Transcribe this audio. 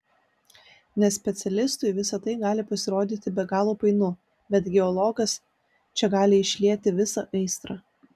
nespecialistui visa tai gali pasirodyti be galo painu bet geologas čia gali išlieti visą aistrą